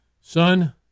Son